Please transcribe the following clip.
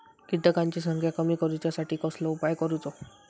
किटकांची संख्या कमी करुच्यासाठी कसलो उपाय करूचो?